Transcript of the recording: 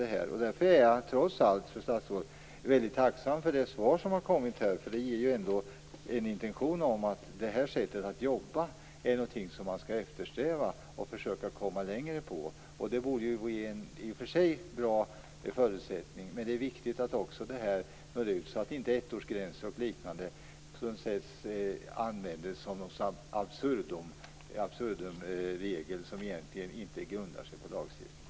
Jag är därför, fru statsrådet, väldigt tacksam för det svar som har lämnats. Det ger en antydan om att det här sättet att jobba är eftersträvansvärt och att man bör försöka komma längre på den här vägen. Det är också viktigt att det går ut besked om att ettårsgränser och liknande regler som inte är grundade på lagstiftning inte får tillämpas in absurdum.